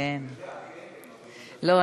לא,